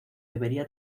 debería